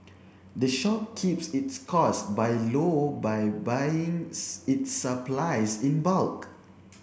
the shop keeps its costs by low by buyings its supplies in bulk